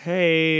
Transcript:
Hey